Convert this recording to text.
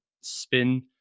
spin